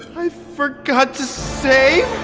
i forgot to save?